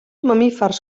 mamífers